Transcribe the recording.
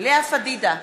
לאה פדידה,